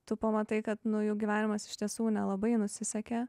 tu pamatai kad nu jų gyvenimas iš tiesų nelabai nusisekė